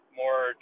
more